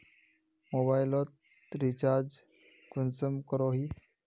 Mobile लोत recharge कुंसम करोही?